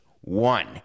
One